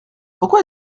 pourquoi